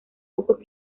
pocos